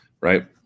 right